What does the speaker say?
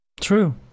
True